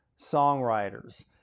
songwriters